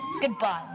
Goodbye